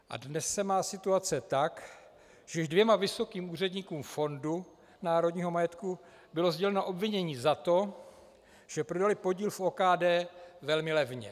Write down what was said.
A dnes se má situace tak, že již dvěma vysokým úředníkům Fondu národního majetku bylo sděleno obvinění za to, že prodali podíl v OKD velmi levně.